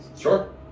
Sure